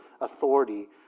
authority